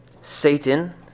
Satan